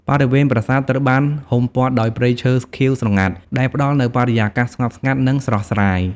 បរិវេណប្រាសាទត្រូវបានហ៊ុំព័ទ្ធដោយព្រៃឈើខៀវស្រងាត់ ដែលផ្តល់នូវបរិយាកាសស្ងប់ស្ងាត់ និងស្រស់ស្រាយ។